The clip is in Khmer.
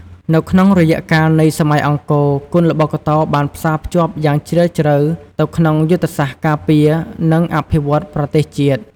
នៅក្នុងរយៈកាលនៃសម័យអង្គរគុនល្បុក្កតោបានផ្សារភ្ជាប់យ៉ាងជ្រៅទៅក្នុងយុទ្ធសាស្ត្រការពារ និងអភិវឌ្ឍន៍ប្រទេសជាតិ។